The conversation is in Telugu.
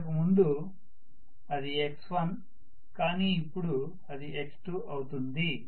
ఇంతకుముందు అది x1 కానీ ఇపుడు అది x2 అవుతుంది